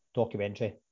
documentary